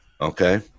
Okay